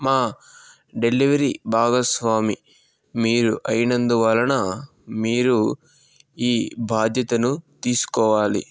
మా డెలివరీ భాగస్వామి మీరు అయినందు వలన మీరు ఈ భాద్యతను తీసుకోవాలి